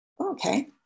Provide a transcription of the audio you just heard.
okay